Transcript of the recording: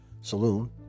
saloon